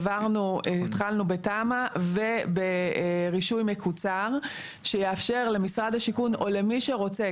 התחלנו בתמ"א וברישוי מקוצר שיאפשר למשרד השיכון או למי שרוצה,